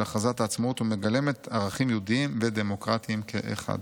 הכרזת העצמאות המגלמת ערכים יהודיים ודמוקרטיים כאחד".